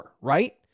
right